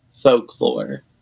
folklore